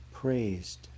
Praised